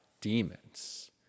demons